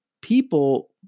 people